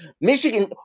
Michigan